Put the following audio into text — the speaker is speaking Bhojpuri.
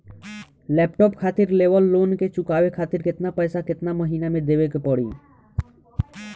लैपटाप खातिर लेवल लोन के चुकावे खातिर केतना पैसा केतना महिना मे देवे के पड़ी?